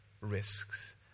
risks